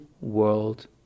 world